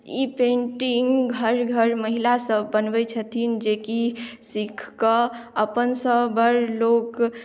ई painting घर घर महिलासभ बनबै छथिन जे की सीखऽ क अपन सभ बर लोक